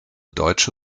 deutsche